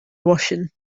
washing